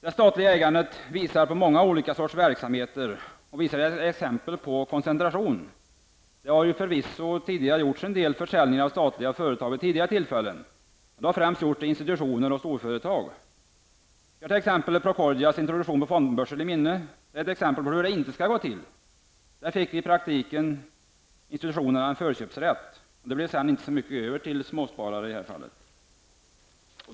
Det statliga ägandet uppvisar många olika sorters verksamhet och är ett exempel på en koncentration. Det har ju förvisso tidigare gjorts en del försäljningar av statliga företag vid tidigare tillfällen, främst till institutioner och storföretag. Vi har t.ex. Procordias introduktion på fondbörsen i minnet. Det är ett exempel på hur det inte skall gå till. Där fick i praktiken institutionerna en förköpsrätt. Det blev sedan inte så mycket över till småsparare i aktier.